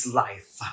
life